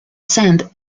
sand